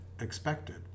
expected